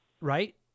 Right